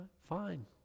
fine